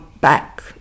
back